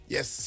Yes